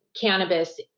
cannabis